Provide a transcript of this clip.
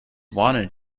wanted